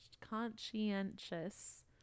conscientious